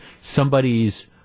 somebody's